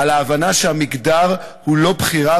על ההבנה שהמגדר הוא לא בחירה,